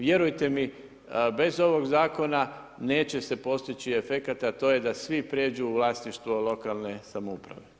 Vjerujte mi, bez ovog zakona, neće se postići efekat, a to je da svi pređu u vlasništvo lokalne samouprave.